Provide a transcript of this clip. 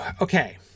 okay